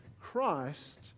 Christ